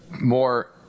more